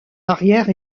arrière